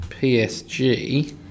PSG